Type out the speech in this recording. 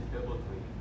biblically